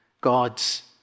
God's